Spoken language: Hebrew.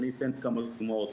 ואני אתן כמה דוגמאות,